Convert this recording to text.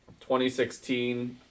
2016